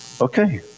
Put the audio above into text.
okay